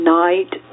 night